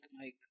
Mike